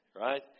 right